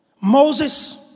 Moses